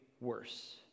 worse